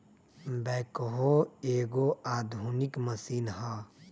backhoe एगो आधुनिक machine हइ